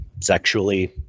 sexually